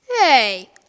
Hey